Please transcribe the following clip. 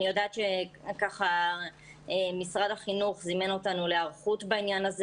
אני יודעת שמשרד החינוך זימן אותנו להיערכות בעניין הזה